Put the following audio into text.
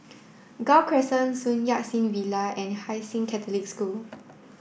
Gul Crescent Sun Yat Sen Villa and Hai Sing Catholic School